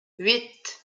huit